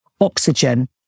oxygen